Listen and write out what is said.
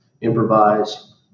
improvise